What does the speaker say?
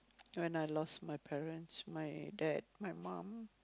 when I lost my parents my dad my mum